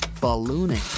ballooning